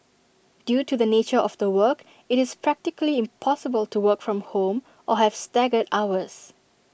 due to the nature of the work IT is practically impossible to work from home or have staggered hours